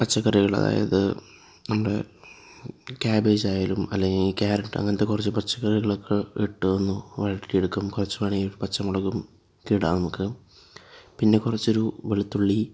പച്ചക്കറികൾ അതായത് നമ്മുടെ ക്യാബേജായാലും അല്ലെങ്കിൽ ക്യാരറ്റ് അങ്ങനത്തെ കുറച്ചു പച്ചക്കറികൾ ഒക്കെ ഇട്ടൊന്നു വഴറ്റിയെടുക്കും കുറച്ചു വേണമെങ്കിൽ പച്ചമുളകും ഒക്കെ ഇടാം നമുക്ക് പിന്നെ കുറച്ചൊരു വെളുത്തുള്ളി